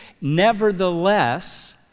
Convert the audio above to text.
Nevertheless